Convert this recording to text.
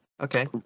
Okay